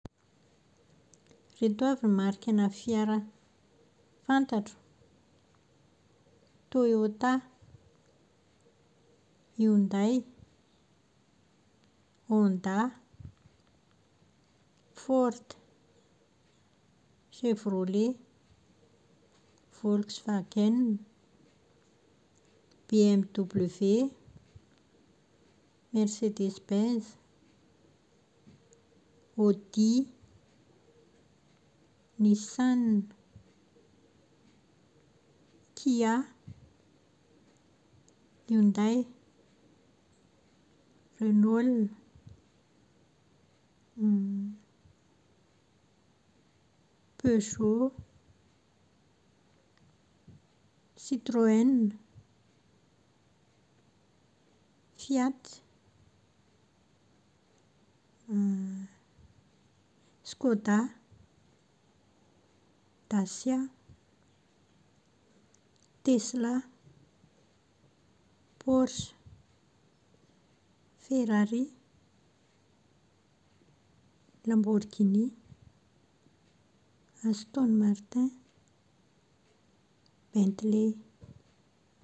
Ireto avy ny marikana fiara fantatro. Toyota, Hyundai, Honda, Ford, Chevrolet, Wolksvagen, BMW, Mercedes Benz, Audi, Nissan, Kya, Hyundai, Renault, Peugeot, Citroen, Fiat, Scoda, Dacia, Tesla, Porsche, Ferrari, Lamborghini, Auston Martin, Bentley.